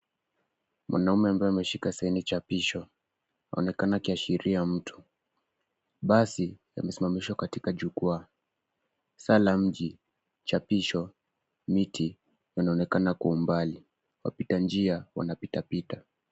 Mwanaume ambaye ameshika sehemu chapisho anaonekana akiashiria mtu. Basi yamesimamishwa katika jukwaa. Saa la mji, chapisho, miti inaonekana kwa umbali. Wapitanjia wanapitapita.